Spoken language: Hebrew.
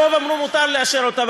הרוב אמרו: מותר לאשר אותה,